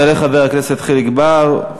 יעלה חבר הכנסת חיליק בר,